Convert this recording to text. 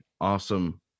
awesome